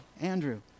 Andrew